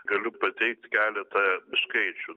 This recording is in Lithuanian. galiu pateikt keletą skaičių